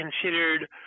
considered